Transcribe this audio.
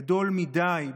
גדול מדי,